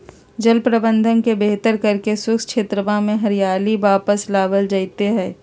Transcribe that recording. जल प्रबंधन के बेहतर करके शुष्क क्षेत्रवा में हरियाली वापस लावल जयते हई